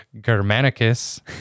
Germanicus